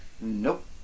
Nope